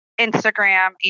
Instagram